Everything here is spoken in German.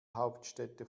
hauptstädte